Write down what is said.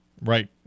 Right